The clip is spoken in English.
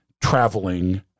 traveling